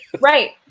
Right